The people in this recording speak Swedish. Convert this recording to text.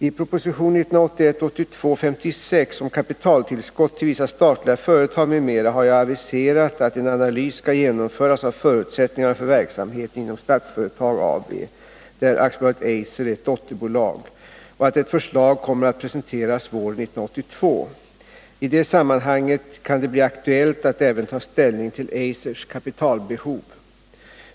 I proposition 1981/82:56 om kapitaltillskott till vissa statliga företag, m.m. har jag aviserat att en analys skall genomföras av förutsättningarna för verksamheten inom Statsföretag AB — där AB Eiser är dotterbolag — och att ett förslag kommer att presenteras våren 1982. I det sammanhanget kan det bli aktuellt att även ta ställning till Eisers kapitalbehov.